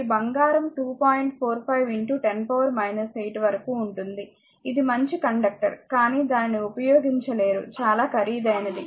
45 10 8 వరకు ఉంటుంది ఇది మంచి కండక్టర్ కానీ దానిని ఉపయోగించలేరు చాలా ఖరీదైనది